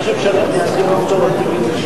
אני חושב שאנחנו צריכים לפתור את זה באיזה,